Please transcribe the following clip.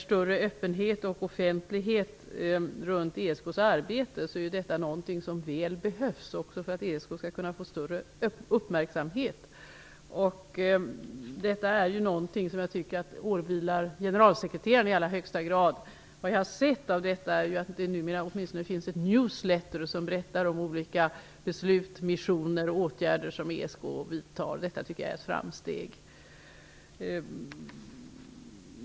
Större öppenhet och offentlighet i ESK:s arbete är något som mycket väl behövs, också för att ESK skall kunna få större betydelse. Jag tycker att detta i allra högsta grad åvilar generalsekreteraren. Jag har sett att det numera åtminstone finns ett ''newsletter'', som berättar om olika beslut, missioner och åtgärder inom ESK:s ram. Jag tycker att detta är ett framsteg.